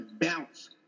bounce